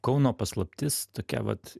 kauno paslaptis tokia vat